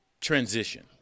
transition